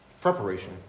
preparation